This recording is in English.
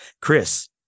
chris